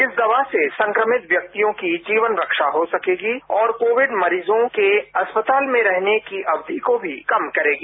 इस दवा से संक्रमित व्यक्तियों की जीवन रक्षा हो सकेगी और कोविड मरीजों के अस्पताल में रहने की अवधि को भी कम करेगी